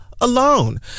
alone